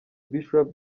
bishop